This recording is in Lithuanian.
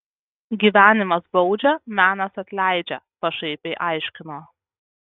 gyvenimas baudžia menas atleidžia pašaipiai aiškino